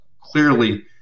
clearly –